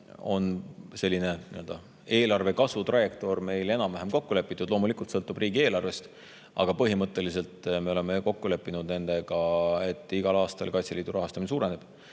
on selline eelarve kasvu trajektoor meil enam-vähem kokku lepitud. Loomulikult sõltub palju riigieelarvest, aga põhimõtteliselt me oleme kokku leppinud, et igal aastal Kaitseliidu rahastamine suureneb.